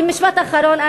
ומשפט אחרון,